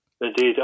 Indeed